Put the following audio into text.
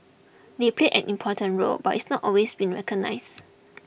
they played an important role but it's not always been recognised